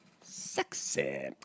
Sexy